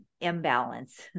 imbalance